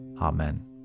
Amen